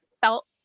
felt